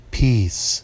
peace